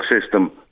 system